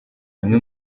amwe